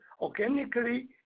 organically